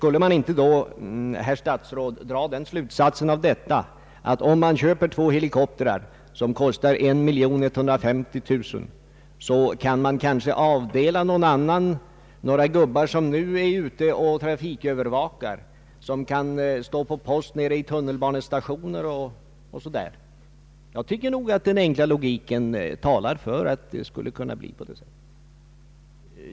Borde man inte, herr statsråd, då dra den slutsatsen att om polisen får två helikoptrar som kostar 1150 000 kronor så kan några av de polismän som nu sysslar med trafikövervakning på annat sätt i stället avdelas t.ex. för att stå på post i Stockholms tunnelbanestationer? Jag tycker nog att enkel logik talar för att det skulle kunna bli på det sättet.